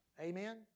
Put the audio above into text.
Amen